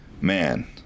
man